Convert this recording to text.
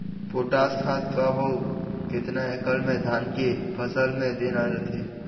Potash खाद कब अऊ केतना एकड़ मे धान के फसल मे देना रथे?